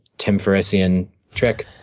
tim ferrissian trick,